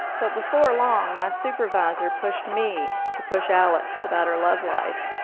but before long, my supervisor pushed me to push alex about her love life.